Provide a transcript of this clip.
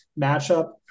matchup